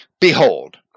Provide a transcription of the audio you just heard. Behold